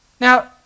now